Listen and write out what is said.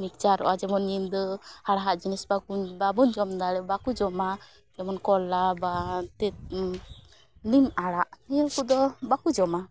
ᱢᱤᱠᱪᱟᱨᱚᱜᱼᱟ ᱡᱮᱢᱚᱱ ᱧᱤᱫᱟᱹ ᱦᱟᱲᱦᱟᱫ ᱡᱤᱱᱤᱥ ᱵᱟᱠᱚ ᱵᱟᱵᱚᱱ ᱡᱚᱢᱫᱟ ᱵᱟᱠᱚ ᱡᱚᱢᱟ ᱡᱮᱢᱚᱱ ᱠᱚᱨᱟᱞ ᱵᱟ ᱛᱮᱛᱳ ᱱᱤᱢᱟᱲᱟᱜ ᱱᱤᱭᱟᱹ ᱠᱚᱫᱚ ᱵᱟᱠᱚ ᱡᱚᱢᱟ